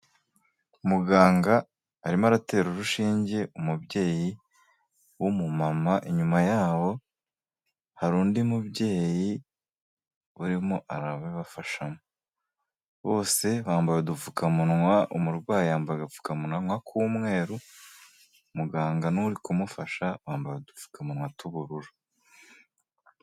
Muganga arimo aratera urushinge umubyeyi w'umu mama, inyuma yabo hari undi mubyeyi urimo arabibafashamo, bose bambaye udupfukamunwa, umurwayi yambaye agapfukamunwa k'umweru, muganga n'uri kumufasha bambaye udupfukamunwa tw'ubururu.